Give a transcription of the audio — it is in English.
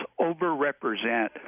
overrepresent